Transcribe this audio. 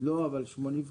סעיף